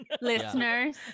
listeners